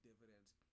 dividends